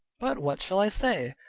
but what shall i say?